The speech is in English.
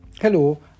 Hello